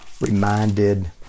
reminded